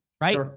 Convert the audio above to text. Right